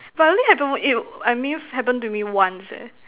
but I only happened I mean happened to me once eh